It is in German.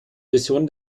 version